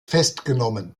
festgenommen